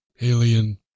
alien